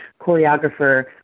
choreographer